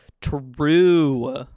True